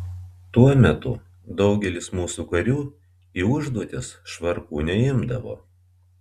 tuo metu daugelis mūsų karių į užduotis švarkų neimdavo